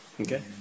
Okay